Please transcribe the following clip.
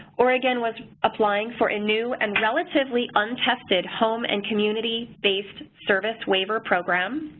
oregon was applying for a new and relatively untested home and community-based service waiver program.